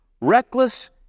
reckless